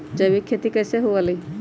जैविक खेती कैसे हुआ लाई?